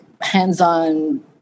hands-on